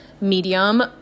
medium